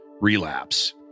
relapse